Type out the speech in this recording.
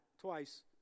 twice